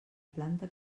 planta